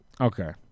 okay